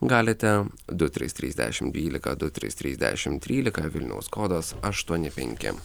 galite du trys trys dešimt dvylika du trys trys dešimt trylika vilniaus kodas aštuoni penki